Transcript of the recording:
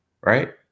right